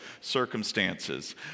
circumstances